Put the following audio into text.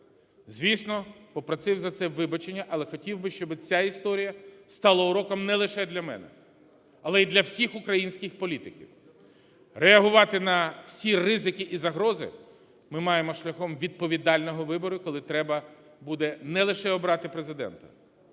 Звісно, попросив за це вибачення, але хотів би, щоби ця історія стала уроком не лише для мене, але й для всіх українських політиків. Реагувати на всі ризики і загрози ми маємо шляхом відповідального вибору, коли треба буде не лише обрати Президента,